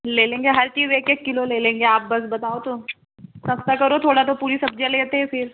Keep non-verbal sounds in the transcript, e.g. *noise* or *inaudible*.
ले लेंगे हर चीज़ एक एक किलो ले लेंगे आप बस बताओ तो *unintelligible* सस्ता करो थोड़ा तो पूरी सब्जियाँ लेते हैं फ़िर